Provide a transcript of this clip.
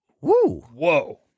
Whoa